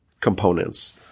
components